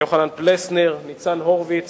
יוחנן פלסנר וניצן הורוביץ